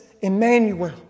Emmanuel